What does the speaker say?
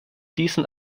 diesen